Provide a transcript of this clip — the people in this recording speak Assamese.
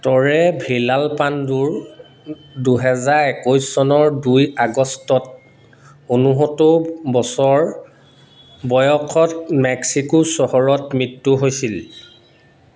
টৰে ভিলালপাণ্ডোৰ দুহেজাৰ একৈশ চনৰ দুই আগষ্টত ঊনসত্তৰ বছৰ বয়সত মেক্সিকো চহৰত মৃত্যু হৈছিল